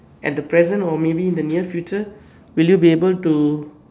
at the present or maybe in the near future will you be able to